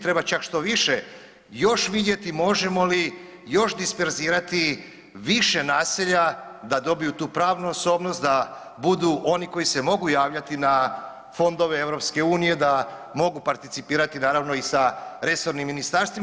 Treba čak štoviše još vidjeli možemo li još disperzirati više naselja da dobiju tu pravnu osobnost, da budu oni koji se mogu javljati na fondove EU da mogu participirati naravno i sa resornim ministarstvima.